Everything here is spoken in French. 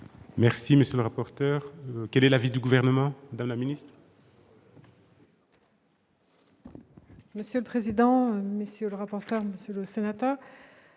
Merci, monsieur le rapporteur, quel est l'avis du gouvernement dans la minute. Monsieur le président, monsieur le rapporteur, Monsieur le Sénateur,